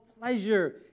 pleasure